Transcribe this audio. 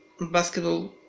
basketball